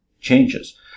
changes